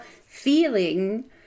feeling